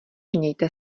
mějte